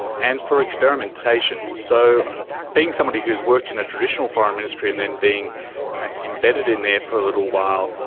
and for experimentation. so being somebody who has worked in a traditional foreign ministry and then being embedded in there for a little while,